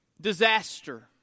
disaster